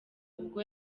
ubwo